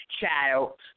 child